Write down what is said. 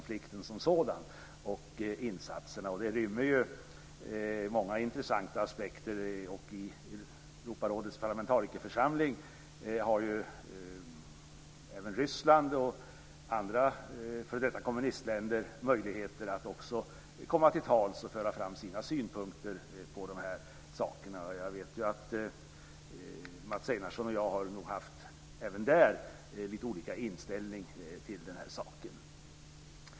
Frågan rymmer många intressanta aspekter. I Europarådets parlamentarikerförsamling har också Ryssland och andra f.d. kommunistländer möjlighet att komma till tals och föra fram sina synpunkter. Mats Einarsson har även i det sammanhanget haft lite olika inställning till den här saken.